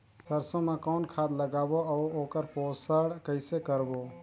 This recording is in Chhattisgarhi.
सरसो मा कौन खाद लगाबो अउ ओकर पोषण कइसे करबो?